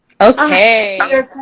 Okay